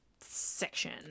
section